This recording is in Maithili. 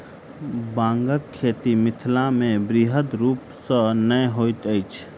बांगक खेती मिथिलामे बृहद रूप सॅ नै होइत अछि